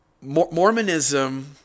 Mormonism